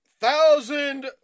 thousand